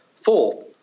Fourth